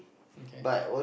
okay